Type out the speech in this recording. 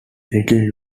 little